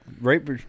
Right